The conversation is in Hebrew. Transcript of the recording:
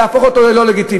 ולהפוך אותו ללא-לגיטימי.